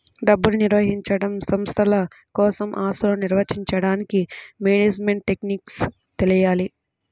డబ్బుని నిర్వహించడం, సంస్థల కోసం ఆస్తులను నిర్వహించడానికి మేనేజ్మెంట్ టెక్నిక్స్ తెలియాలి